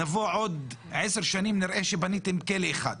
נבוא עוד עשר שנים, נראה שבניתם כלא אחד.